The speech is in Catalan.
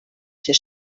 ser